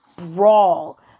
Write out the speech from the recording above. brawl